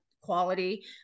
quality